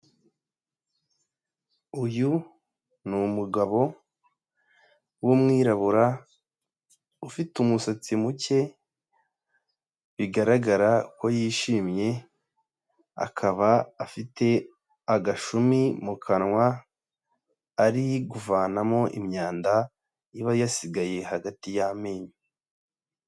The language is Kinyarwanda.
Uyu ni umugabo w'umwirabura ufite umusatsi muke, bigaragara ko yishimye, akaba afite agashumi mu kanwa ari kuvanamo imyanda iba yasigaye hagati y'amenyo.